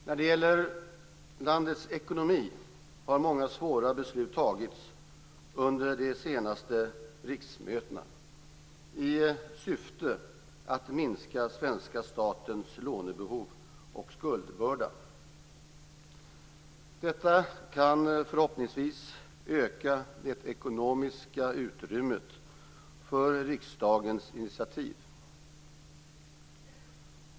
När det gäller landets ekonomi har många svåra beslut tagits under de senaste riksmötena i syfte att minska svenska statens lånebehov och skuldbörda. Detta kan förhoppningsvis öka det ekonomiska utrymmet för riksdagens initiativ.